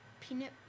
peanut